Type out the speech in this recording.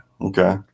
okay